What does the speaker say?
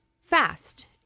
fast